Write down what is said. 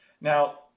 Now